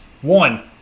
one